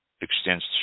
extends